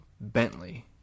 Bentley